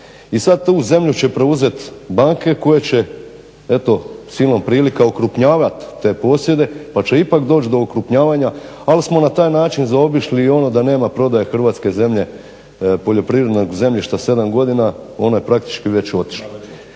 i sad tu zemlju će preuzeti banke koje će eto silom prilika okrupnjavati te posjede pa će ipak doći do okrupnjavanja al smo na taj način zaobišli ono da nema prodaje hrvatske zemlje, poljoprivrednog zemljišta 7 godina, ono je praktički već otišlo.